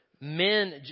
men